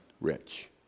rich